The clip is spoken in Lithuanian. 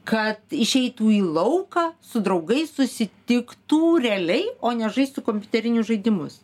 kad išeitų į lauką su draugais susitiktų realiai o ne žaistų kompiuterinius žaidimus